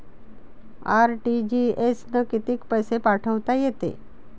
RTGS न कितीक पैसे पाठवता येते?